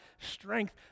strength